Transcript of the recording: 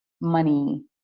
money